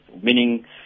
meaning